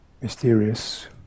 mysterious